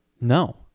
No